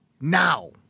now